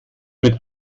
mit